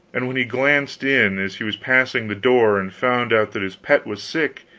and when he glanced in as he was passing the door and found out that his pet was sick,